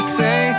say